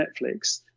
Netflix